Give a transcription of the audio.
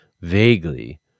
Vaguely